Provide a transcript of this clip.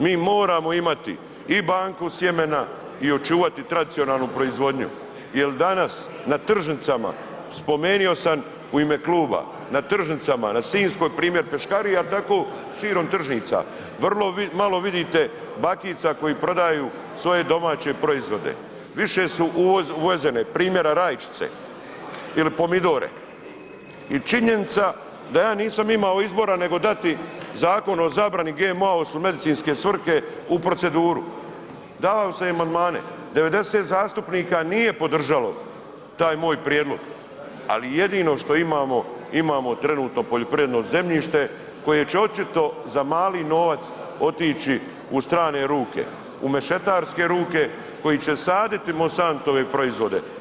Mi moramo imati i banku sjemena i očuvati tradicionalnu proizvodnju jel danas na tržnicama, spomenuo sam u ime kluba, na tržnicama, na Sinjskoj primjer Peškarija, tako širom tržnica, vrlo malo vidite bakica koje prodaju svoje domaće proizvode, više su uvezene, primjera rajčice ili pomidore i činjenica da ja nisam imao izbora nego dati Zakon o zabrani GMO osim u medicinske svrhe u proceduru, davao sam i amandmane, 90 zastupnika nije podržalo taj moj prijedlog, ali jedino što imamo, imamo trenutno poljoprivredno zemljište koje će očito za mali novac otići u strane ruke, u mešetarske ruke koji će saditi Monsantove proizvode.